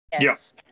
Yes